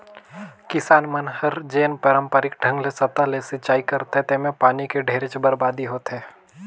किसान मन हर जेन पांरपरिक ढंग ले सतह ले सिचई करथे तेम्हे पानी के ढेरे बरबादी होथे